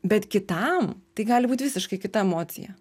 bet kitam tai gali būt visiškai kita emocija